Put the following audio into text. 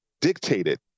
dictated